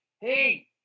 hey